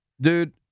Dude